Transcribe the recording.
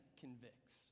convicts